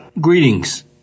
Greetings